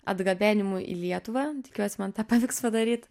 atgabenimu į lietuvą tikiuosi man tą pavyks padaryt